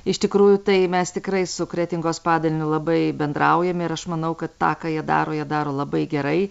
iš tikrųjų tai mes tikrai su kretingos padaliniu labai bendraujam ir aš manau kad tą ką jie daro jie daro labai gerai